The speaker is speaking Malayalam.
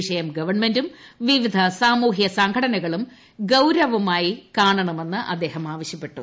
വിഷയം ഗവൺമെൻ്റും വിവിധ സാമൂഹിക സംഘടനകളും ഗൌരവമായി കാണണമെന്ന് അദ്ദേഹം ആവശ്യപ്പെട്ടു